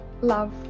love